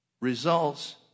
results